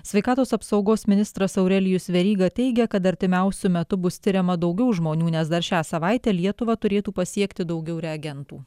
sveikatos apsaugos ministras aurelijus veryga teigia kad artimiausiu metu bus tiriama daugiau žmonių nes dar šią savaitę lietuvą turėtų pasiekti daugiau reagentų